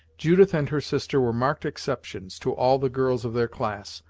judith and her sister were marked exceptions to all the girls of their class,